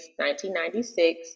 1996